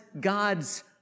God's